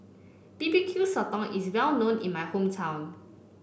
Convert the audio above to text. B B Q Sotong is well known in my hometown